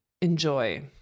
Enjoy